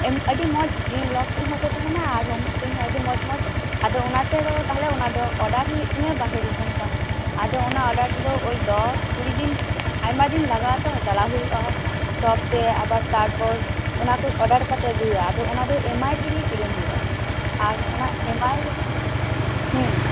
ᱮᱢ ᱟᱹᱰᱤ ᱢᱚᱡᱽ ᱤᱧ ᱞᱚᱵ ᱠᱚᱦᱚᱸ ᱛᱚ ᱛᱟᱦᱮᱱᱟ ᱟᱨ ᱦᱳᱢ ᱥᱮᱱᱦᱚᱸ ᱟᱹᱰᱤ ᱢᱚᱡᱽ ᱢᱚᱡᱽ ᱟᱫᱚ ᱚᱱᱟ ᱛᱮᱫᱚ ᱛᱟᱦᱟᱞᱮ ᱚᱱᱟ ᱫᱚ ᱚᱰᱟᱨ ᱦᱩᱭᱩᱜ ᱛᱤᱧᱟ ᱵᱟᱦᱨᱮ ᱫᱤᱥᱟᱹᱢ ᱠᱷᱚᱱ ᱟᱫᱚ ᱚᱱᱟ ᱚᱰᱟᱨ ᱫᱚ ᱳᱭ ᱫᱚᱥ ᱠᱩᱲᱤᱫᱤᱱ ᱟᱭᱢᱟ ᱫᱤᱱ ᱞᱟᱜᱟᱜᱼᱟ ᱛᱚ ᱪᱟᱞᱟᱜ ᱦᱩᱭᱩᱼᱟ ᱥᱚᱵ ᱛᱮ ᱟᱵᱟᱨ ᱛᱟᱨᱯᱚᱨ ᱚᱱᱟ ᱠᱚ ᱚᱰᱟᱨ ᱠᱟᱛᱮ ᱟᱹᱜᱩᱭᱟ ᱟᱫᱚ ᱚᱱᱟᱫᱚ ᱮᱢᱟᱭ ᱛᱮᱜᱮ ᱠᱤᱨᱤᱧ ᱦᱩᱭᱩᱜᱼᱟ ᱟᱨ ᱚᱱᱟ ᱮᱢᱟᱭ ᱦᱩᱸ